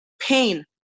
pain